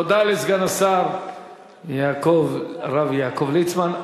תודה לסגן השר הרב יעקב ליצמן.